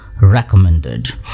recommended